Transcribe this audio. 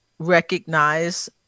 recognize